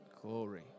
Glory